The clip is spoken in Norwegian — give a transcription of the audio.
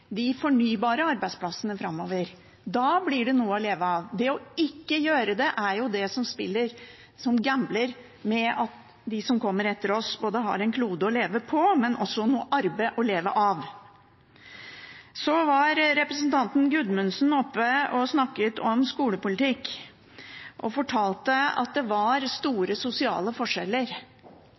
de fornybare arbeidsplassene framover. Da blir det noe å leve av. Det å ikke gjøre det er jo å gamble med dem som kommer etter oss, som både skal ha en klode å leve på og arbeid å leve av. Representanten Gudmundsen var oppe og snakket om skolepolitikk og fortalte at det var store sosiale forskjeller